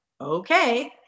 okay